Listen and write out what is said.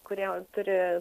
kurie turi